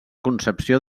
concepció